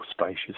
spacious